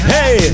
Hey